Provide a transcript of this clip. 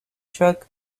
drug